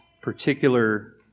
particular